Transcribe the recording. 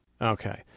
Okay